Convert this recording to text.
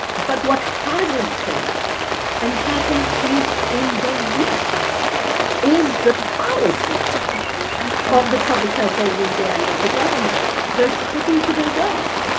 but what hasn't changed and hasn't changed in the least is the policy of the public health agency and of the government. they're sticking to their guns